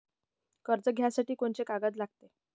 कर्ज घ्यासाठी कोनची कागद लागते?